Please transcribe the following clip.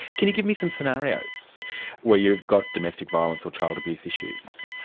can you give me some scenarios where you've got domestic violence or child abuse issues?